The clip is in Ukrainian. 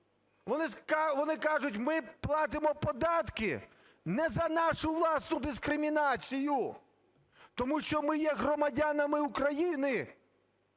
Вони кажуть: "Ми платимо податки не за нашу власну дискримінацію! Тому що ми є громадянами України,